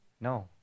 No